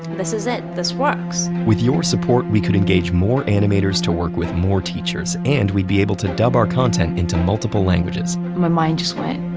this is it, this works' with your support, we could engage more animators to work with more teachers, and we'd be able to dub our content into multiple languages. my mind just went